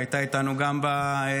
והייתה איתנו גם בוועדות,